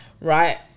right